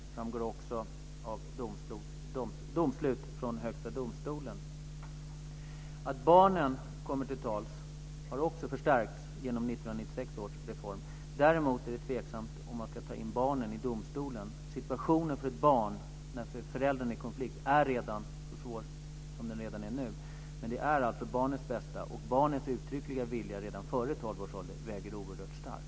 Det framgår också av domslut från Högsta domstolen. Genom 1996 års reform har man förstärkt barnens möjlighet att komma till tals. Däremot är det tveksamt om man ska ta in barnen i domstolen. Situationen för ett barn när föräldrarna är i konflikt är redan svår. Men barnets bästa och barnets uttryckliga vilja redan före tolv års ålder väger oerhört starkt.